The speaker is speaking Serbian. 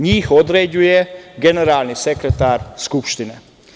NJih određuje generalni sekretar Skupštine.